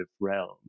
realm